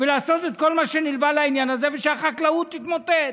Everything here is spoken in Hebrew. לעשות את כל מה שנלווה לעניין הזה ושהחקלאות תתמוטט.